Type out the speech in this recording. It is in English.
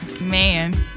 Man